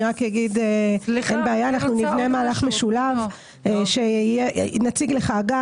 אני רק אגיד שאנחנו נבנה מערך משולב שבו נציג לך גם